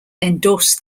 endorsed